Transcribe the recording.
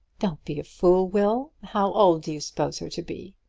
don't be a fool, will. how old do you suppose her to be?